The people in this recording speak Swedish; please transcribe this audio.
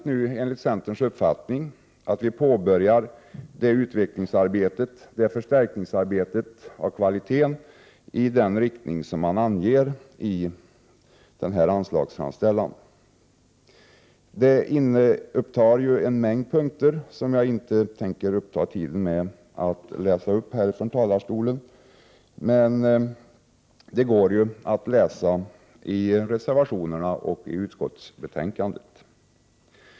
Enligt centerns uppfattning är det nödvändigt att utvecklingsarbetet påbörjas, dvs. förstärkningsarbetet av kvaliteten, i den riktning som anges i anslagsframställan. Anslagsframställan upptar en mängd punkter som jag inte tänker uppta tid med att läsa upp här ifrån talarstolen. Men det går ju att läsa reservationerna och det övriga utskottsbetänkandet.